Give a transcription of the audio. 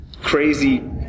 Crazy